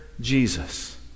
Jesus